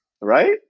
Right